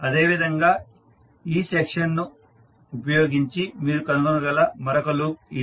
అదేవిధంగా ఈ సెక్షన్ ను ఉపయోగించి మీరు కనుగొనగల మరొక లూప్ ఇది